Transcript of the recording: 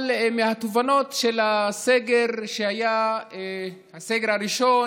אבל מהתובנות של הסגר שהיה, הסגר הראשון,